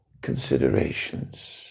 considerations